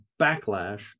backlash